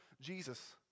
Jesus